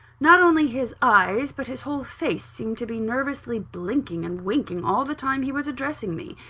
not only his eyes, but his whole face, seemed to be nervously blinking and winking all the time he was addressing me,